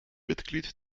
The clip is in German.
mitglied